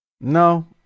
No